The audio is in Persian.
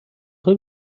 خوای